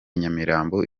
nyamirambo